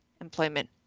employment